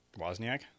Wozniak